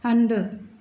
हंधु